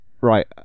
Right